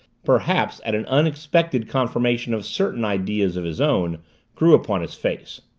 perhaps at an unexpected confirmation of certain ideas of his own grew upon his face.